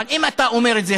אבל אם אתה אומר את זה,